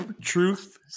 Truth